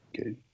okay